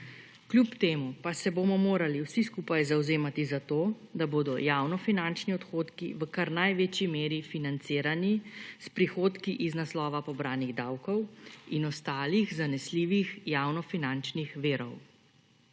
Kljub temu pa se bomo morali vsi skupaj zavzemati za to, da bodo javnofinančni odhodki v kar največji meri financirani s prihodki iz naslova pobranih davkov in ostalih zanesljivih javnofinančnih virov.